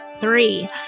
three